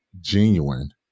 genuine